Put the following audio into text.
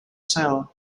sale